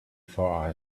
for